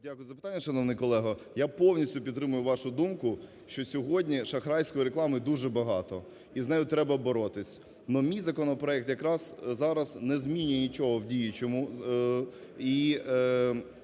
Дякую за питання, шановний колего. Я повністю підтримую вашу думку, що сьогодні шахрайської реклами дуже багато і з нею треба боротися. Но мій законопроект якраз зараз не змінює нічого в діючому.